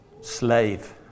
Slave